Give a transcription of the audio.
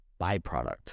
byproduct